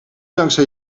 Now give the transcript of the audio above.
dankzij